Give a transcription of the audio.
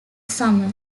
summer